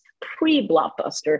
Pre-Blockbuster